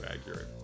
accurate